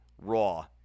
Raw